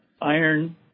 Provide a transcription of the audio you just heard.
Iron